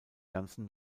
ganzen